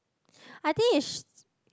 I think is sh~